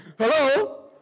Hello